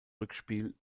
rückspiel